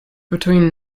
between